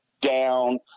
down